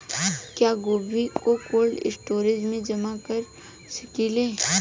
क्या गोभी को कोल्ड स्टोरेज में जमा कर सकिले?